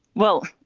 well,